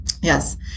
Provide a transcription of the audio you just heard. Yes